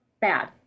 bad